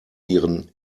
ihren